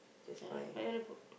ya what you want to cook